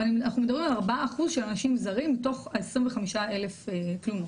אבל אנחנו מדברים על 4% של אזרחים זרים מתוך ה־25,000 תלונות,